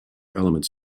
elements